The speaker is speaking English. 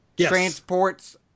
transports